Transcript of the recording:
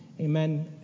amen